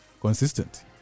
Consistent